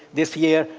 this year,